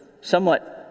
somewhat